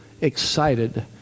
excited